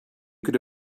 could